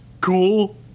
cool